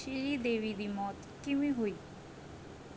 ਸ਼੍ਰੀਦੇਵੀ ਦੀ ਮੌਤ ਕਿਵੇਂ ਹੋਈ